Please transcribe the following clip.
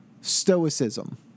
Stoicism